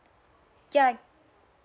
ya can